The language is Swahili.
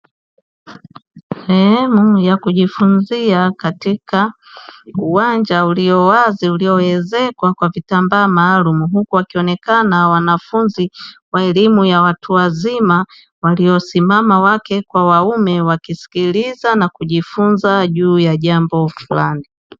Sehemu ya kujifunzia katika uwanja uliowazi ulioezekwa kwa vitambaa maalumu, huku wakionekana wanafunzi wa elimu ya watu wazima waliosimama wake kwa waume wakisikiliza na kujifunza juu ya jambo fulani.